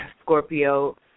Scorpio